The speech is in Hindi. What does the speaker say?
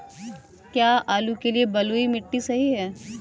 क्या आलू के लिए बलुई मिट्टी सही है?